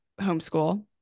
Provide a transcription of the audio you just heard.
homeschool